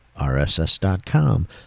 RSS.com